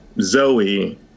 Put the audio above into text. Zoe